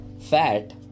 fat